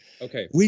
Okay